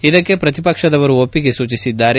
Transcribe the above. ಇದಕ್ಕೆ ಪ್ರತಿಪಕ್ಷದವರು ಒಪ್ಪಿಗೆ ಸೂಚಿಸಿದ್ದಾರೆ